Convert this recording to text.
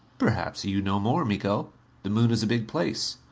perhaps you know more, miko. the moon is a big place.